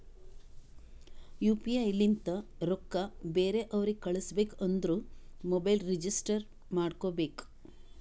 you P I ಲಿಂತ ರೊಕ್ಕಾ ಬೇರೆ ಅವ್ರಿಗ ಕಳುಸ್ಬೇಕ್ ಅಂದುರ್ ಮೊಬೈಲ್ ರಿಜಿಸ್ಟರ್ ಮಾಡ್ಕೋಬೇಕ್